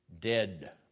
Dead